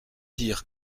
dire